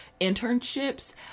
internships